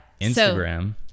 instagram